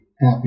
happy